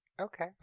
Okay